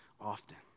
often